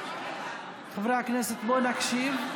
חברי הכנסת, בואו נקשיב.